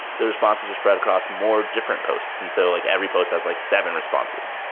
the responses are spread across more different posts. and so like every post has like seven responses.